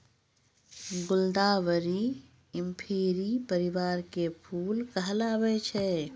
गुलदावरी इंफेरी परिवार के फूल कहलावै छै